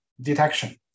detection